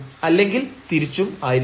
അല്ലെങ്കിൽ തിരിച്ചും ആയിരിക്കും